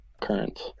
current